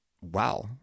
wow